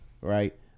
right